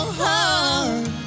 heart